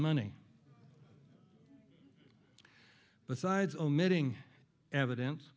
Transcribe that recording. money but sides omitting evidence